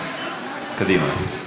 קדימה.